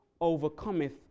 overcometh